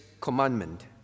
commandment